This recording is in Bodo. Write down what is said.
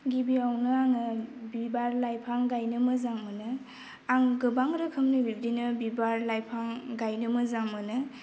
गिबियावनो आङो बिबार लाइफां गायनो मोजां मोनो आं गोबां रोखोमनि बिब्दिनो बिबार लाइफां गायनो मोजां मोनो